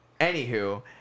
anywho